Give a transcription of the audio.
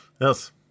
yes